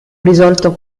risolto